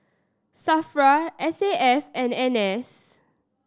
SAFRA S A F and N S